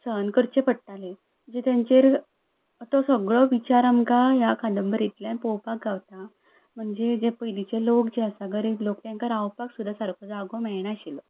सहन करचे पडटाले जे तेंचेर तो सगळो विचार आमकां ह्या कादंबरींतल्यान पळोवपाक गावता म्हणजे जे पयलींचे लोक जे आसा गरीब लोक तेंकां रावपाक सुद्दां सारको जागो मेळणाशिल्लो